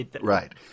Right